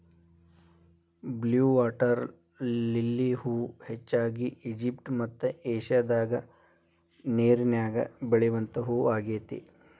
blue water lily ಹೂ ಹೆಚ್ಚಾಗಿ Egypt ಮತ್ತ ಏಷ್ಯಾದಾಗ ನೇರಿನ್ಯಾಗ ಬೆಳಿವಂತ ಹೂ ಆಗೇತಿ